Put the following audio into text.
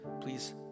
Please